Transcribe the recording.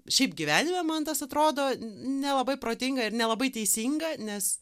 šiaip gyvenime man tas atrodo nelabai protinga ir nelabai teisinga nes